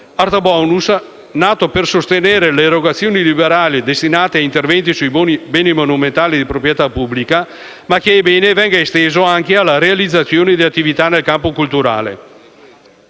Art bonus nato per sostenere le erogazioni liberali destinate a interventi su beni monumentali di proprietà pubblica, ma che è bene venga esteso anche alla realizzazione di attività nel campo culturale.